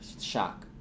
Shock